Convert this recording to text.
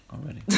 already